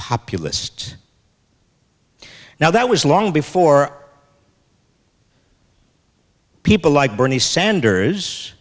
populist now that was long before people like bernie sanders